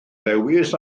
lewis